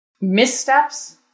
missteps